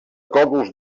còdols